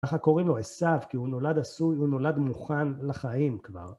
ככה קוראים לו עשו, כי הוא נולד עשוי, הוא נולד מוכן לחיים כבר.